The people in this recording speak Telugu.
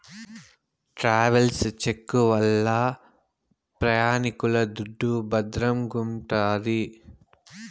ట్రావెల్స్ చెక్కు వల్ల ప్రయాణికుల దుడ్డు భద్రంగుంటాది